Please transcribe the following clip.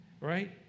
Right